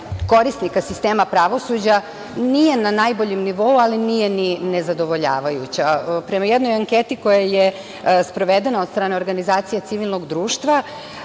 korisnika sistema pravosuđa nije na najboljem nivou, ali nije ni nezadovoljavajuća. Prema jednoj anketi koja je sprovedena od strane organizacije civilnog društva,